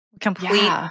complete